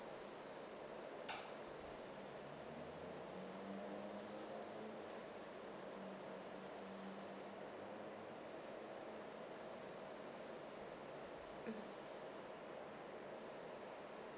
mm